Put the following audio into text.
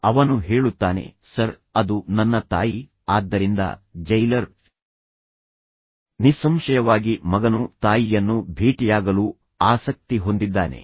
ಅವನು ಹೇಳುತ್ತಾನೆ ಸರ್ ಅದು ನನ್ನ ತಾಯಿ ಆದ್ದರಿಂದ ಜೈಲರ್ ನಿಸ್ಸಂಶಯವಾಗಿ ಮಗನು ತಾಯಿಯನ್ನು ಭೇಟಿಯಾಗಲು ಆಸಕ್ತಿ ಹೊಂದಿದ್ದಾನೆ